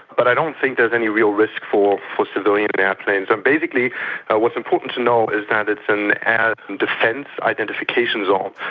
but i don't think there's any real risk for for civilian and aeroplanes. and basically what's important to know is that it's an air and defence identification zone,